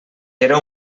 era